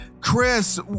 Chris